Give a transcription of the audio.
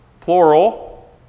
plural